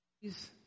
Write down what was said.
please